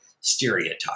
stereotype